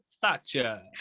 Thatcher